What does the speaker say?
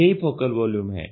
यही focal volume है